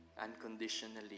Unconditionally